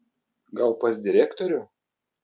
gal pas direktorių